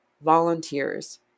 volunteers